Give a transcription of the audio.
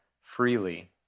freely